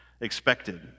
expected